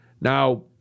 now